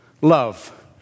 love